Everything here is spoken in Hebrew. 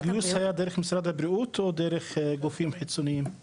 הגיוס היה דרך משרד הבריאות או דרך גופים חיצוניים?